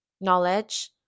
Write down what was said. knowledge